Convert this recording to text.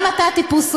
גם אתה טיפוס רגיש.